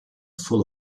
full